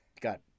Got